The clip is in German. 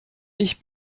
ich